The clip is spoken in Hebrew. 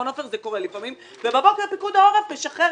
וזה קורה לפעמים ובבוקר פיקוד העורף משחרר